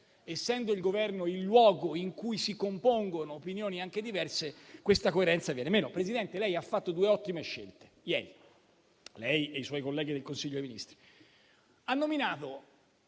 essendo il Governo il luogo in cui si compongono opinioni diverse, questa coerenza venga meno. Presidente, lei ieri ha fatto due ottime scelte (lei e i suoi colleghi del Consiglio dei ministri).